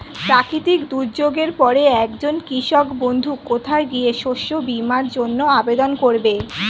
প্রাকৃতিক দুর্যোগের পরে একজন কৃষক বন্ধু কোথায় গিয়ে শস্য বীমার জন্য আবেদন করবে?